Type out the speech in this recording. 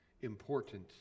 important